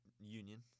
Union